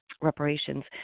reparations